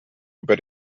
über